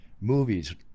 movies